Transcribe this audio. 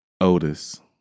Otis